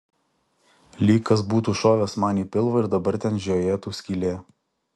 lyg kas būtų šovęs man į pilvą ir dabar ten žiojėtų skylė